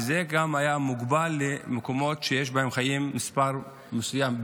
וזה גם היה מוגבל למקומות שחיים בהם מספר מסוים,